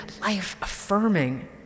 life-affirming